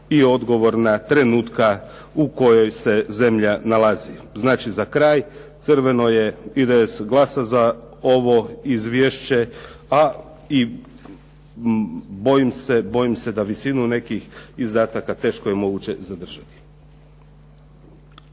i odgovorna trenutka u kojem se zemlja nalazi. Znači za kraj, IDS glasa za ovo izvješće a i bojim se da visinu nekih izdataka teško je moguće zadržati.